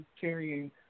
carrying